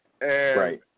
Right